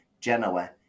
Genoa